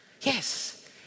Yes